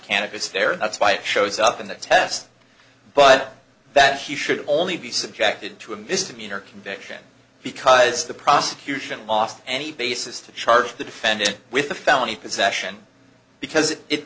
fair that's why it shows up in the test but that he should only be subjected to a misdemeanor conviction because the prosecution lost any basis to charge the defended with the felony possession because it